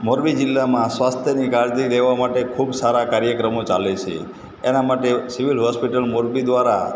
મોરબી જિલ્લામાં સ્વાસ્થ્યની કાળજી લેવા માટે ખૂબ સારા કાર્યક્રમો ચાલે છે એના માટે સિવિલ હોસ્પિટલ મોરબી દ્વારા